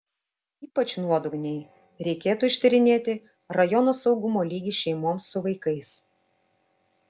ypač nuodugniai reikėtų ištyrinėti rajono saugumo lygį šeimoms su vaikais